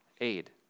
aid